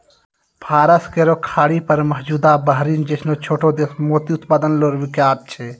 फारस केरो खाड़ी पर मौजूद बहरीन जैसनो छोटो देश मोती उत्पादन ल विख्यात छै